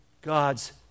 God's